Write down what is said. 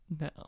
No